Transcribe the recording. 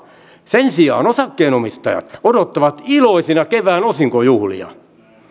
sen sijaan osakkeenomistajat odottavat iloisina kevään osinkojuhlia